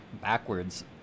backwards